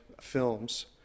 films